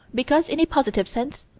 because, in a positive sense,